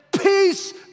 peace